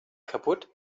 kaputt